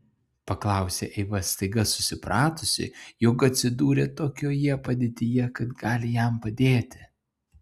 paklausė eiva staiga susipratusi jog atsidūrė tokioje padėtyje kad gali jam padėti